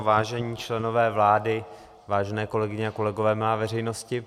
Vážení členové vlády, vážené kolegyně a kolegové, milá veřejnosti.